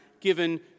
given